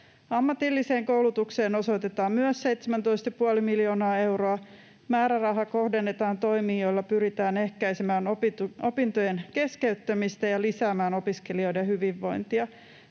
Ammatilliseen koulutukseen osoitetaan myös 17,5 miljoonaa euroa. Määräraha kohdennetaan toimiin, joilla pyritään ehkäisemään opintojen keskeyttämistä ja lisäämään opiskelijoiden hyvinvointia.